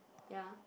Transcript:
ya